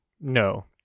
no